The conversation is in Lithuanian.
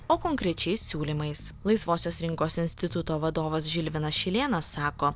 o konkrečiais siūlymais laisvosios rinkos instituto vadovas žilvinas šilėnas sako